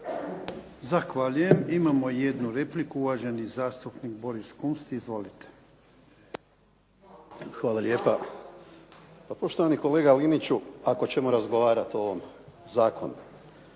Zahvaljujem. Imamo jednu repliku. Uvaženi zastupnik Boris Kunst. Izvolite. **Kunst, Boris (HDZ)** Hvala lijepa. Pa poštovani kolega Liniću, ako ćemo razgovarat o zakonu